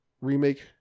remake